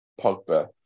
Pogba